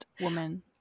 woman